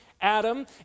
Adam